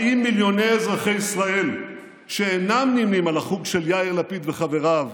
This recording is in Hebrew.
האם מיליוני אזרחי ישראל שאינם נמנים עם החוג של יאיר לפיד וחבריו,